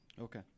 Okay